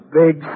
big